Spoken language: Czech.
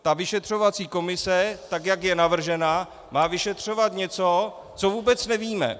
Ta vyšetřovací komise tak, jak je navržena, má vyšetřovat něco, co vůbec nevíme.